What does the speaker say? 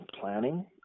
planning